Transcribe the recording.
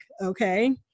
Okay